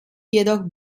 jedoch